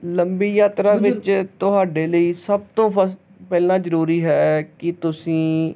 ਲੰਬੀ ਯਾਤਰਾ ਵਿੱਚ ਤੁਹਾਡੇ ਲਈ ਸਭ ਤੋਂ ਫਸ ਪਹਿਲਾਂ ਜ਼ਰੂਰੀ ਹੈ ਕਿ ਤੁਸੀਂ